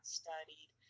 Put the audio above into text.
studied